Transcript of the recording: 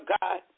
God